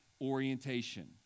orientation